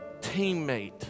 teammate